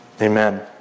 Amen